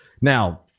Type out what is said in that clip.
Now